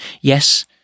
Yes